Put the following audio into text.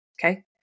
okay